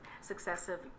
successive